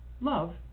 love